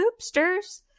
hoopsters